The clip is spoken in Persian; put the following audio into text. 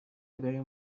بریم